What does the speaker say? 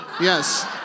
yes